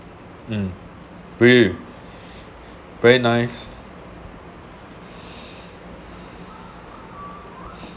um very very nice